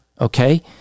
okay